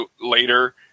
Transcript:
later